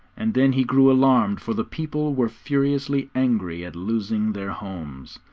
and then he grew alarmed, for the people were furiously angry at losing their homes.